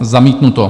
Zamítnuto.